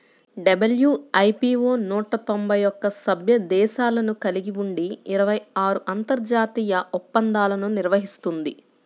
WIPO నూట తొంభై ఒక్క సభ్య దేశాలను కలిగి ఉండి ఇరవై ఆరు అంతర్జాతీయ ఒప్పందాలను నిర్వహిస్తుంది